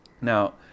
Now